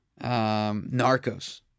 narcos